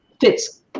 fits